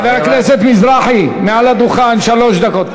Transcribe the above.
חבר הכנסת מזרחי, מעל הדוכן, שלוש דקות.